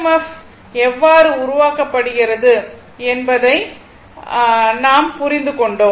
F எவ்வாறு உருவாக்கப்படுகிறது என்பதை நாம் புரிந்து கொண்டோம்